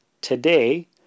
today